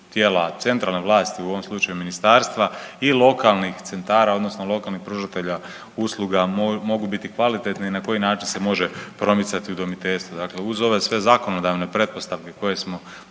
tijela centralne vlasti u ovom slučaju ministarstva i lokalnih centara odnosno lokalnih pružatelja usluga mogu biti kvalitetne i na koji način se može promicati udomiteljstvo. Dakle, uz ove sve zakonodavne pretpostavke koje smo